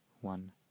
one